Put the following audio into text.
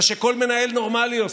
מה שכל מנהל נורמלי עושה.